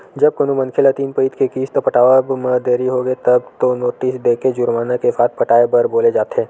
जब कोनो मनखे ल तीन पइत के किस्त पटावब म देरी होगे तब तो नोटिस देके जुरमाना के साथ पटाए बर बोले जाथे